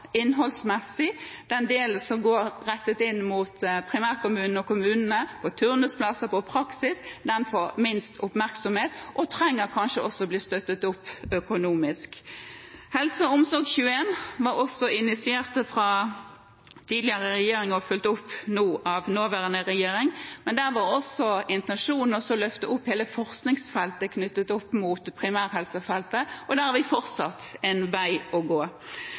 innholdsmessig den delen som er rettet inn mot primærkommunen og kommunene, turnusplasser og praksis fått minst oppmerksomhet og trenger kanskje også å bli støttet økonomisk. Helse og omsorg 21 var også initiert fra tidligere regjering og nå fulgt opp av nåværende regjering. Der var intensjonen å løfte opp hele forskningsfeltet knyttet til primærhelsefeltet, og der har vi fortsatt en vei å gå.